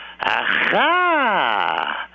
aha